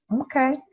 Okay